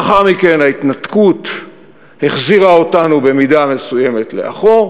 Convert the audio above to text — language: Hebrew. לאחר מכן ההתנתקות החזירה אותנו במידה מסוימת לאחור,